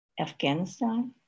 Afghanistan